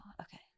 okay